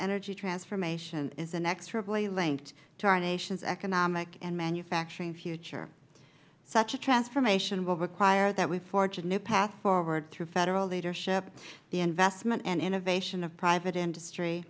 energy transformation is inexorably linked to our nation's economic and manufacturing future such a transformation will require that we forge a new path forward through federal leadership the investment and innovation of private industry